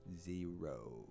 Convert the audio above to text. Zero